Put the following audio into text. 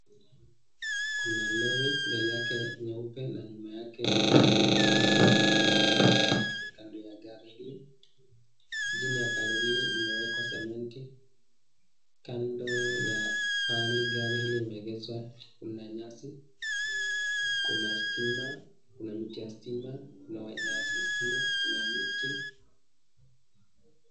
Kuna lori mbele yake nyeupe na nyuma yake nyekundu, kuna watu wawili kando ya gari hii, chini ya hari hili limeekwa sementi kando ya pahali gari hili limeegeshwa kuna nyasi kuna stima, kuna miti ya stima, kuna nyaya za stima na miti.